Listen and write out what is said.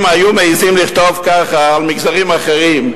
אם היו מעזים לכתוב ככה על מגזרים אחרים,